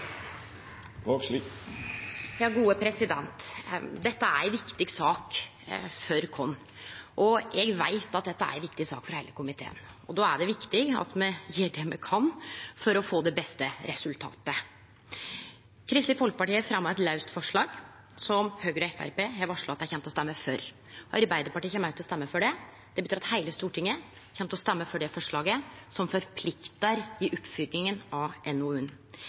Dette er ei viktig sak for oss, og eg veit at dette er ei viktig sak for heile komiteen. Då er det viktig at me gjer det me kan for å få det beste resultatet. Kristeleg Folkeparti har fremja eit laust forslag, som Høgre og Framstegspartiet har varsla at dei kjem til å stemme for. Arbeidarpartiet kjem òg til å stemme for det. Det betyr at heile Stortinget kjem til å stemme for det forslaget, som forpliktar i oppfølginga av